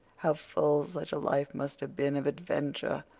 how full such a life must have been of adventure!